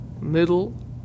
middle